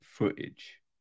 Footage